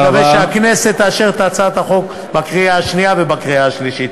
אני מקווה שהכנסת תאשר את הצעת החוק בקריאה שנייה ובקריאה שלישית.